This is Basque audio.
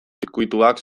zirkuituak